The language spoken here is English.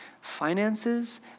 finances